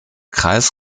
kreis